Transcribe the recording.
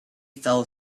fell